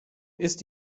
ist